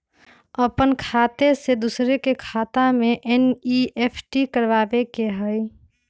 अपन खाते से दूसरा के खाता में एन.ई.एफ.टी करवावे के हई?